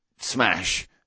Smash